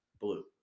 Blue